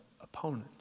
opponent